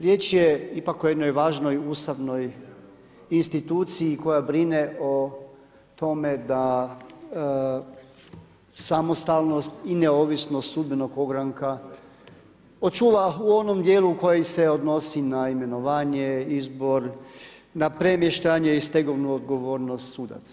Riječ je ipak o jednoj važnoj ustavnoj instituciji koja brine o tome da samostalnosti i neovisnost sudbenog ogranka očuva u onome djelu koji se odnosi na imenovanje, izbor, na premještanje i stegovnu odgovornost sudaca.